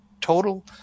total